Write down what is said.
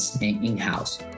in-house